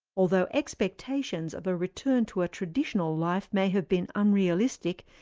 although expectations of a return to a traditional life may have been unrealistic,